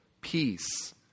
peace